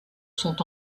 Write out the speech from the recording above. sont